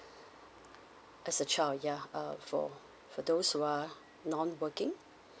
as a child yeah uh for for those who are non working